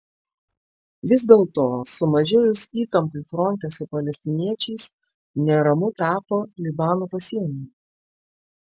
vis dėlto sumažėjus įtampai fronte su palestiniečiais neramu tapo libano pasienyje